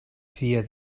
fia